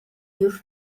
już